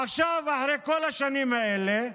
עכשיו, אחרי כל השנים האלה,